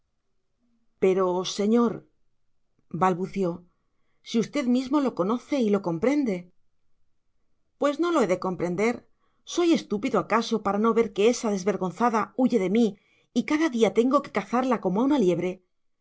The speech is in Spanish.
pero señor balbució si usted mismo lo conoce y lo comprende pues no lo he de comprender soy estúpido acaso para no ver que esa desvergonzada huye de mí y cada día tengo que cazarla como a una liebre